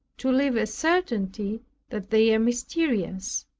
to leave a certainty that they are mysterious,